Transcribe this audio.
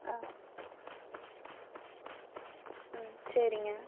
ஆ ம் சரிங்க